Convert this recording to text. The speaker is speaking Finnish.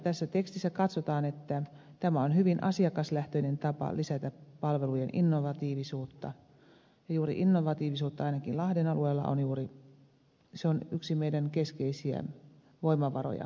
tässä tekstissä katsotaan että tämä on hyvin asiakaslähtöinen tapa lisätä palvelujen innovatiivisuutta ja innovatiivisuus ainakin lahden alueella on yksi meidän keskeisiä voimavarojamme